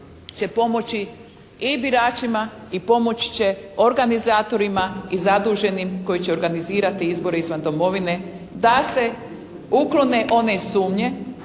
će pomoći i biračima i pomoći će organizatorima i zaduženim koji će organizirati izbore izvan domovine da se uklone one sumnje